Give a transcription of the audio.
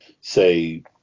say